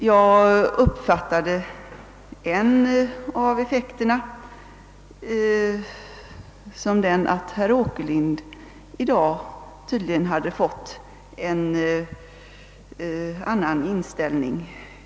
Jag har uppfattat det så, att en av effekterna tydligen är att herr Åkerlind har fått en annan inställning.